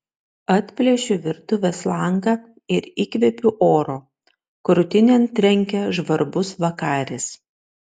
atplėšiu virtuvės langą ir įkvepiu oro krūtinėn trenkia žvarbus vakaris